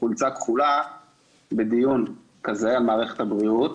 חולצה כחולה בדיון כזה על מערכת הבריאות.